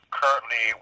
currently